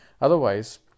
otherwise